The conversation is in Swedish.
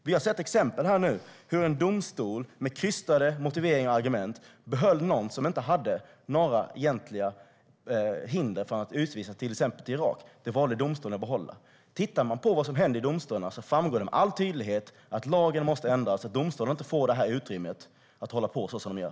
Vi har sett exempel på hur en domstol med krystade motiveringar och argument behöll någon som det inte fanns några egentliga hinder att utvisa till exempelvis Irak. Ser man på vad som händer i domstolarna framgår det med all tydlighet att lagen måste ändras, så att domstolen inte får utrymme att hålla på som man gör.